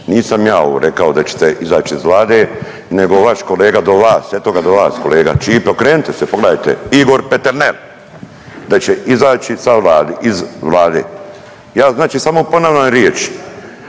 Nisam ja ovo rekao da ćete izać iz Vlade nego vaš kolega do vas, eto ga do vas kolega Ćipe okrenite se pogledajte, Igor Peternel. Da će iz sa Vlade, iz Vlade. Ja znači samo ponavljam riječi,